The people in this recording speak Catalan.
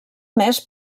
més